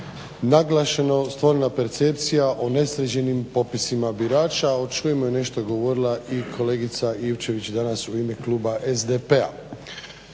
naglašeno stvorena percepcija o nesređenim popisima birača, a o čemu je nešto govorila i kolegica Ivčević danas u ime kluba SDP-a.